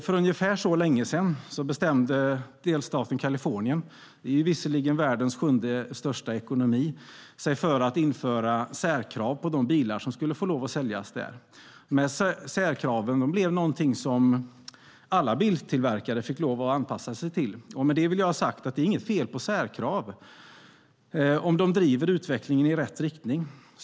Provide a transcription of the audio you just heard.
För ungefär så länge sedan bestämde delstaten Kalifornien, visserligen världens sjunde största ekonomi, sig för att införa särkrav på de bilar som skulle få lov att säljas där. De särkraven blev någonting som alla biltillverkare fick lov att anpassa sig till. Med det vill jag ha sagt att det inte är något fel på särkrav om de driver utvecklingen i rätt riktning.